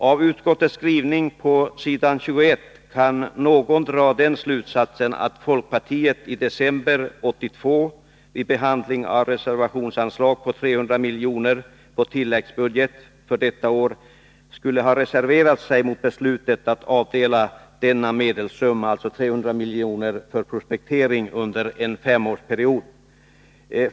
Av utskottets skrivning på s.21 kan någon dra den slutsatsen att folkpartiet i december 1982 vid behandlingen av reservationsanslag på 300 milj.kr. på tilläggsbudget för detta år skulle ha reserverat sig mot beslutet att avdela detta belopp för prospektering under en femårsperiod.